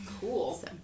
Cool